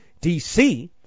DC